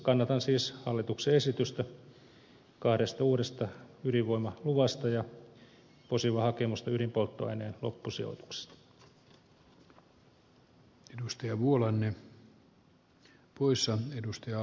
kannatan siis hallituksen esitystä kahdesta uudesta ydinvoimaluvasta ja posivan hakemusta ydinpolttoaineen loppusijoituksesta